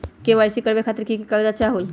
KYC करवे खातीर के के कागजात चाहलु?